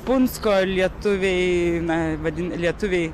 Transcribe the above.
punsko lietuviai na vadin lietuviai